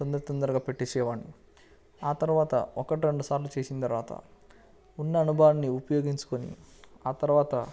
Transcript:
తొందర తొందరగా పెట్టేవాడ్ని ఆ తర్వాత ఒకటి రెండు సార్లు చేసిన తర్వాత ఉన్న అనుభవాన్ని ఉపయోగించుకొని ఆ తర్వాత